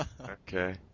Okay